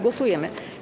Głosujemy.